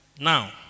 now